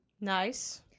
Nice